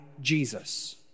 Jesus